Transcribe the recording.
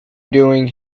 doing